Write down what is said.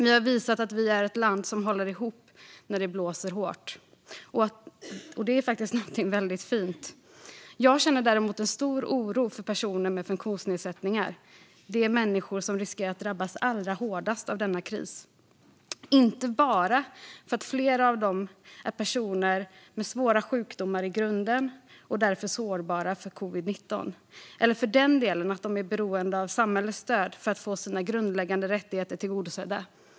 Vi har visat att vi är ett land som håller ihop när det blåser hårt, och det är faktiskt något väldigt fint. Jag känner däremot en stor oro för personer med funktionsnedsättningar - de människor som riskerar att drabbas allra hårdast av denna kris. Det beror inte bara på att flera av dem är personer med svåra sjukdomar i grunden och därför sårbara för covid-19, eller för den delen på att de är beroende av samhällets stöd för att få sina grundläggande rättigheter tillgodosedda.